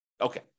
Okay